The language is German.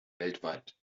weltweit